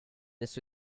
this